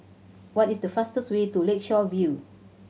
what is the fastest way to Lakeshore View